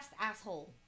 asshole